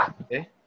Okay